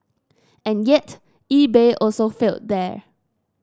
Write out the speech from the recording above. and yet eBay also failed there